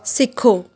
ਸਿੱਖੋ